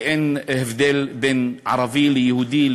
ואין הבדל בין ערבי ליהודי,